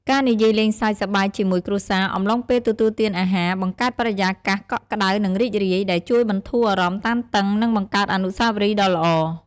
ការនិយាយលេងសើចសប្បាយជាមួយគ្រួសារអំឡុងពេលទទួលទានអាហារ បង្កើតបរិយាកាសកក់ក្តៅ និងរីករាយ ដែលជួយបន្ធូរអារម្មណ៍តានតឹង និងបង្កើតអនុស្សាវរីយ៍ដ៏ល្អ។